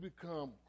become